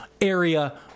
area